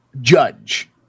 judge